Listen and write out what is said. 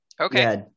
Okay